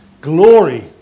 Glory